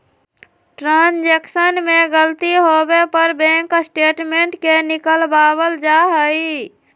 transaction में गलती होवे पर बैंक स्टेटमेंट के निकलवावल जा हई